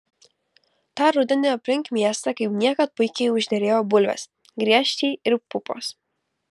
tą rudenį aplink miestą kaip niekad puikiai užderėjo bulvės griežčiai ir pupos